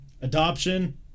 adoption